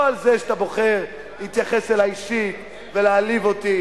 לא על זה שאתה בוחר להתייחס אלי אישית ולהעליב אותי.